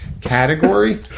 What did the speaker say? category